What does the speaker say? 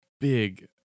big